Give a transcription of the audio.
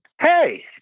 Hey